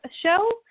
show